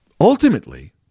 ultimately